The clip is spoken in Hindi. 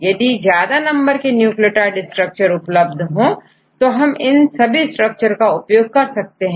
यदि ज्यादा नंबर के न्यूक्लियोटाइड स्ट्रक्चर उपलब्ध है तो हम इन सभी स्ट्रक्चर का उपयोग कर सकते हैं